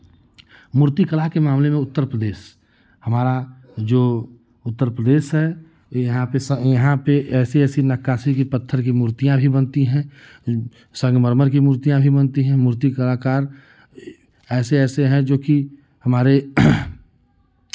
मूर्तिकला के मामले में उत्तर प्रदेश हमारा जो उत्तर प्रदेश है ये यहाँ पे यहाँ पे ऐसी ऐसी नक्कासी की पत्थर की मूर्तियाँ भी बनती हैं संगमरमर की मूर्तियाँ भी बनती हैं मूर्ति कलाकार ऐसे ऐसे हैं जो कि हमारे